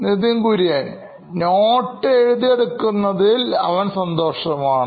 Nithin Kurian COO Knoin Electronics note എഴുതി എടുക്കുന്നതിൽ അവൻ സന്തോഷവാനാണ്